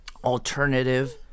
alternative